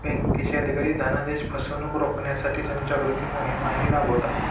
बँकांचे अधिकारी धनादेश फसवणुक रोखण्यासाठी जनजागृती मोहिमाही राबवतात